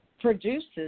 produces